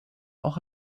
auch